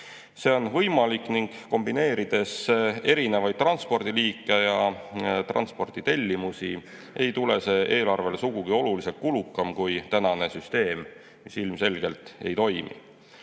See on võimalik ning kombineerides erinevaid transpordiliike ja transporditellimusi, ei tule see eelarvele sugugi oluliselt kulukam kui tänane süsteem, mis ilmselgelt ei toimi.